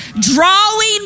drawing